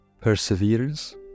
perseverance